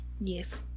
yes